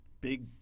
big